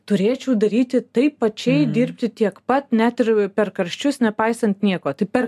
turėčiau daryti taip pačiai dirbti tiek pat net ir per karščius nepaisant nieko tai per